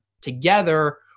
together